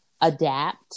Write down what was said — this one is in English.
adapt